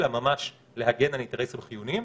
אלא ממש להגן על אינטרסים חיוניים.